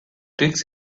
twigs